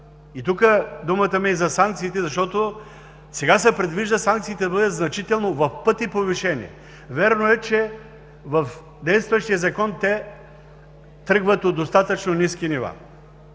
Думата ми е за санкциите, защото сега се предвижда те да бъдат значително, в пъти повишени. Вярно е, в действащия Закон те тръгват от достатъчно ниски нива,